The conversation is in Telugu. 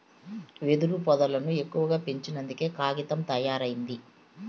వెదురు పొదల్లను ఎక్కువగా పెంచినంకే కాగితం తయారైంది